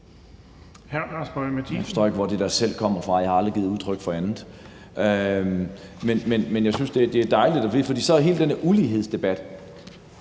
hvor det der »selv« kommer fra. Jeg har aldrig givet udtryk for andet. Men jeg synes, det er dejligt. Enhedslisten burde jo parkere hele den her ulighedsdebat,